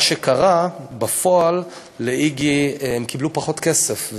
מה שקרה בפועל זה ש"איגי" קיבלו פחות כסף,